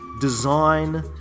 design